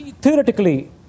theoretically